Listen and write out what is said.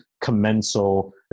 Commensal